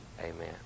Amen